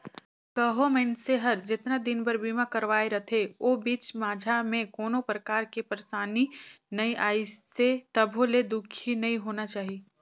कहो मइनसे हर जेतना दिन बर बीमा करवाये रथे ओ बीच माझा मे कोनो परकार के परसानी नइ आइसे तभो ले दुखी नइ होना चाही